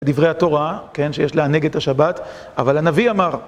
דברי התורה, כן? שיש לענג את השבת. אבל הנביא אמר...